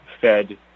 fed